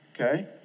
Okay